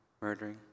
murdering